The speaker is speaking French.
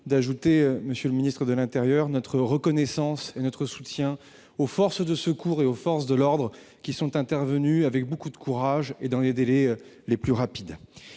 drame, la semaine dernière. Nous exprimons notre reconnaissance et notre soutien aux forces de secours et aux forces de l'ordre, qui sont intervenues avec beaucoup de courage et dans les délais les plus rapides.